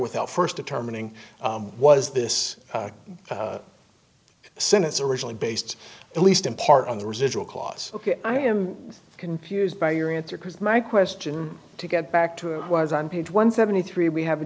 without first determining was this since it's originally based at least in part on the residual clause ok i am confused by your answer because my question to get back to it was on page one seventy three we have a